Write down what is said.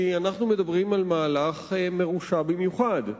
כי אנחנו מדברים על מהלך מרושע במיוחד.